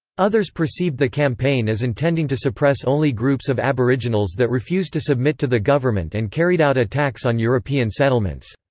others perceived the campaign as intending to suppress only groups of aboriginals that refused to submit to the government and carried out attacks on european settlements.